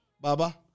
Baba